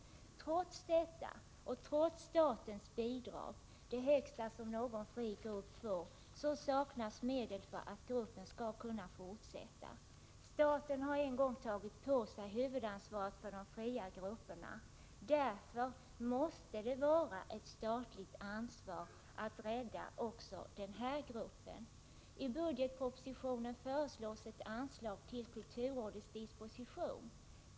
Trots detta och trots statens bidrag — det högsta som någon fri grupp får — saknas medel för att gruppen skall kunna fortsätta. Staten har en gång tagit på sig huvudansvaret för de fria grupperna, och därför måste det vara ett statligt ansvar att rädda också denna grupp. I budgetpropositionen föreslås ett anslag till kulturrådets disposition.